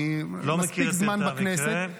אני מספיק זמן בכנסת --- אני לא מכיר את פרטי המקרה.